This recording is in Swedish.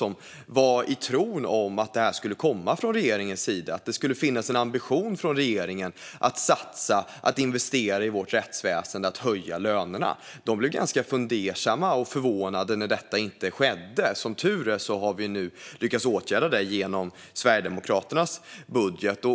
De levde i tron att det här skulle komma från regeringen, att det skulle finnas en ambition hos regeringen att satsa på och investera i vårt rättsväsen och höja lönerna. De blev ganska fundersamma och förvånade när det inte skedde. Som tur är har vi nu lyckats åtgärda detta genom Sverigedemokraternas budget.